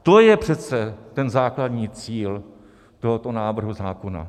To je přece základní cíl tohoto návrhu zákona.